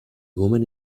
woman